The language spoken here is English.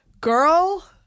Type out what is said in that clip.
girl